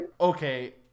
okay